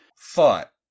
Thought